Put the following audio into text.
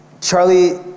Charlie